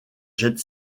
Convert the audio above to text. jet